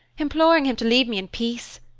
imploring him to leave me in peace.